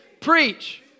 Preach